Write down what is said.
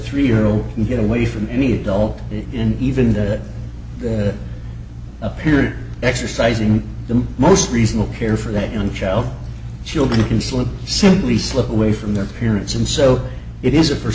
three year old can get away from any adult in even that the appear exercising the most reasonable care for that young child children can slip simply slip away from their parents and so it is